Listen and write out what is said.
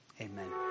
Amen